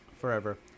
Forever